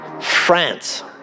France